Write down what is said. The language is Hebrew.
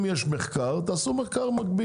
אם יש מחקר תעשו מחקר מקביל.